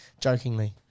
Jokingly